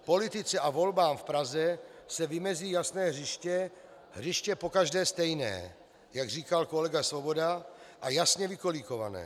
Politice a volbám v Praze se vymezí jasné hřiště, hřiště pokaždé stejné, jak říkal kolega Svoboda, a jasně vykolíkované.